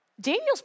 Daniel's